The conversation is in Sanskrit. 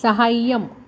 साहाय्यम्